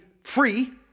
free